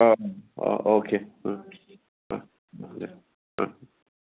अह अह अके उम उम दे उम